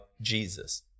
Jesus